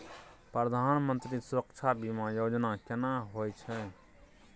प्रधानमंत्री सुरक्षा बीमा योजना केना होय छै?